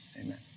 Amen